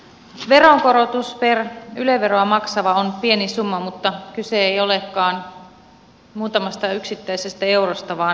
veronkorotus per yle veroa maksava on pieni summa mutta kyse ei olekaan muutamasta yksittäisestä eurosta vaan periaatteesta